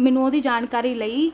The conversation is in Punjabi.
ਮੈਨੂੰ ਉਹਦੀ ਜਾਣਕਾਰੀ ਲਈ